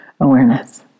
awareness